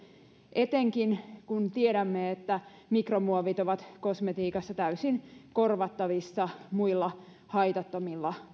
etenkin kun tiedämme että mikromuovit ovat kosmetiikassa täysin korvattavissa muilla haitattomilla